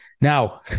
Now